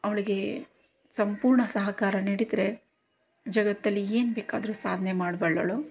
ಅವಳಿಗೆ ಸಂಪೂರ್ಣ ಸಹಕಾರ ನೀಡಿದರೆ ಜಗತ್ತಲ್ಲಿ ಏನ್ಬೇಕಾದರೂ ಸಾಧನೆ ಮಾಡಬಲ್ಲಳು